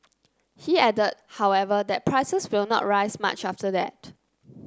he added however that prices will not rise much after that